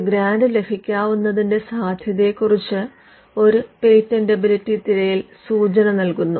ഒരു ഗ്രാന്റ് ലഭിക്കാവുന്നതിന്റെ സാധ്യതയെ കുറിച്ച് ഒരു പേറ്റന്റബിലിറ്റി തിരയൽ സൂചന നൽകുന്നു